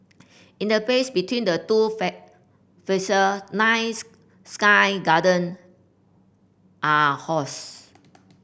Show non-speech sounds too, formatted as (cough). in the space between the two (unintelligible) nine sky garden are housed